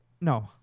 No